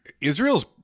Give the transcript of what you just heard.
Israel's